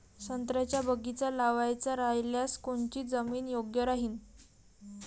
संत्र्याचा बगीचा लावायचा रायल्यास कोनची जमीन योग्य राहीन?